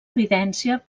evidència